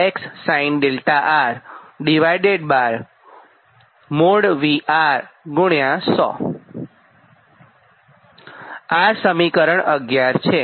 આ સમીકરણ 11 છે